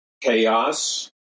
chaos